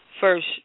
First